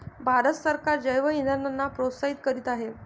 भारत सरकार जैवइंधनांना प्रोत्साहित करीत आहे